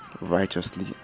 righteously